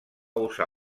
usar